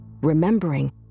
remembering